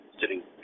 sitting